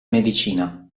medicina